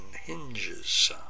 hinges